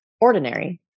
ordinary